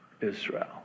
Israel